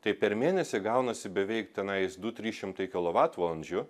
tai per mėnesį gaunasi beveik tenais du trys šimtai kilovatvalandžių